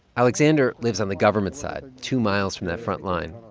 alexander lives on the government side, two miles from that front line.